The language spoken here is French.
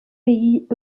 pays